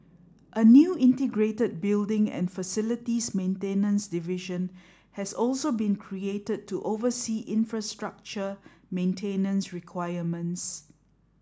a new integrated building and facilities maintenance division has also been created to oversee infrastructure maintenance requirements